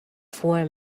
four